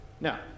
Now